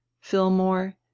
Fillmore